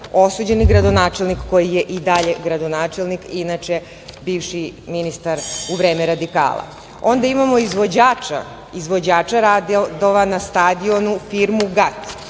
osuđeni gradonačelnik koji je i dalje gradonačelnik inače bivši ministar u vreme radikala. Onda imamo izvođača radova na stadionu firmu GAT